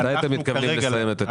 מתי אתם מתכוונים לסיים את התכנון?